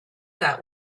that